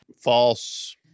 False